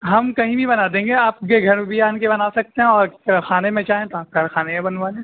ہم کہیں بھی بنا دیں گے آپ کے گھر بھی آن کے بنا سکتے ہیں اور کیا کھانے میں چاہیں تو آپ خانے بنوانے ہیں